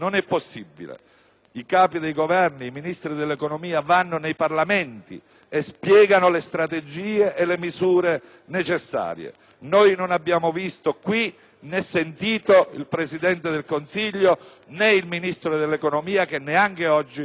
I Capi dei Governi e i Ministri dell'economia vanno nei Parlamenti e spiegano le strategie e le misure necessarie. Noi qui non abbiamo né visto né sentito il Presidente del Consiglio, né il Ministro dell'economia e delle finanze,